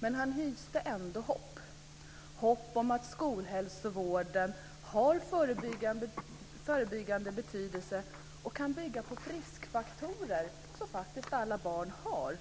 Men han hyste ändå hopp, hopp om att skolhälsovården har förebyggande betydelse och kan bygga på de friskfaktorer som faktiskt alla barn har,